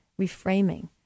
reframing